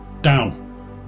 down